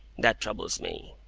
that troubles me.